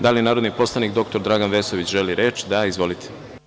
Da li narodni poslanik dr Dragan Vesović želi reč? (Da) Izvolite.